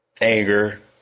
anger